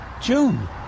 June